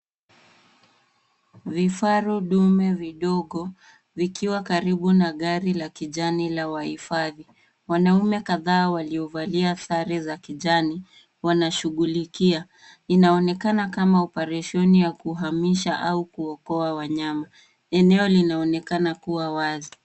Vifaru dume vidogo vikiwa karibu na gari la kijani la wahifadhi. Wanaume kadhaa waliovalia sare za kijani wanashugulikia. Inaonekana kama oparesheni ya kuhamisha au kuoko wanyama, eneo linaonekana kuwa wazi.